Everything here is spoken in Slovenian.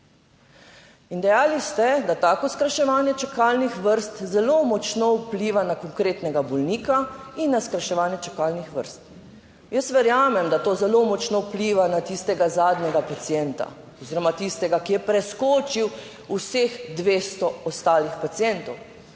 In dejali ste, da tako skrajševanje čakalnih vrst zelo močno vpliva na konkretnega bolnika in na skrajševanje čakalnih vrst. Jaz verjamem, da to zelo močno vpliva na tistega zadnjega pacienta oziroma tistega, ki je preskočil vseh 200 ostalih pacientov.